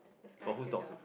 the sky is still here